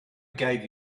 gave